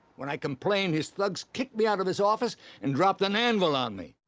when i complained, his thugs kicked me out of his office and dropped an anvil on me.